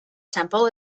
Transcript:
temple